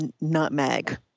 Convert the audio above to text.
nutmeg